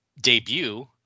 debut